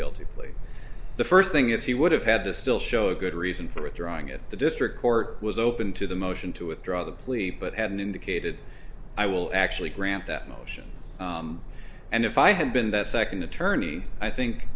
guilty plea the first thing is he would have had to still show a good reason for a drawing at the district court was open to the motion to withdraw the plea but hadn't indicated i will actually grant that motion and if i had been that second attorney i think